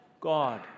God